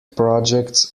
projects